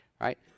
right